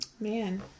Man